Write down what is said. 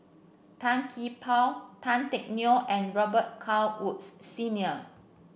Tan Gee Paw Tan Teck Neo and Robet Carr Woods Senior